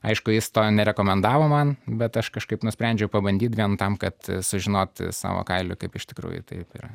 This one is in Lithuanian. aišku jis to nerekomendavo man bet aš kažkaip nusprendžiau pabandyt vien tam kad sužinoti savo kailiu kaip iš tikrųjų taip yra